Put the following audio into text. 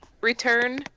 return